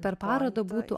per parodą būtų